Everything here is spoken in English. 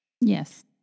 Yes